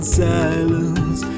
silence